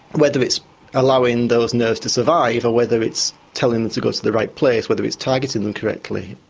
whether it's allowing those nerves to survive or whether it's telling them to go to the right place, whether it's targeting them correctly,